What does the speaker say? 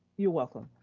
you're welcome.